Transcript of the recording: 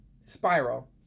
Spiral